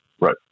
Right